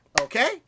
Okay